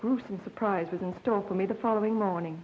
group some surprises in store for me the following morning